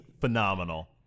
phenomenal